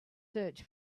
search